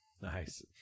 Nice